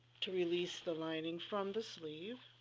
to release the lining from the sleeve